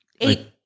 eight